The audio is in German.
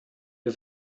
wir